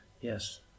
Yes